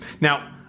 now